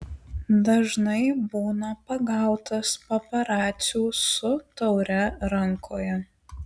dažnai būna pagautas paparacių su taure rankoje